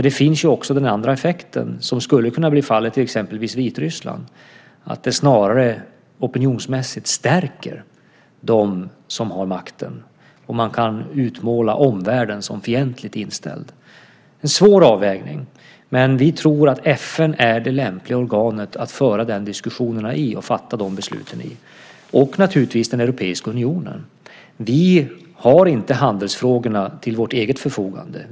Det finns också den andra effekten, som skulle kunna bli fallet i exempelvis Vitryssland, att det snarare opinionsmässigt stärker dem som har makten om man kan utmåla omvärlden som fientligt inställd. Det är en svår avvägning. Vi tror att FN är det lämpliga organet att föra de diskussionerna i och fatta de besluten i. Det är naturligtvis också den europeiska unionen. Vi har inte handelsfrågorna till vårt eget förfogande.